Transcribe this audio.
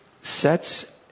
sets